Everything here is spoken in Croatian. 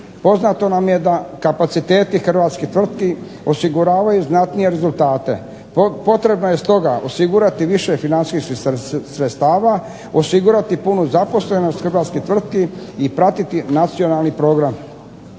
Poznato nam je da kapaciteti hrvatskih tvrtki osiguravaju znatnije rezultate. Potrebno je stoga osigurati više financijskih sredstava, osigurati punu zaposlenost hrvatskih tvrtki i pratiti nacionalni program.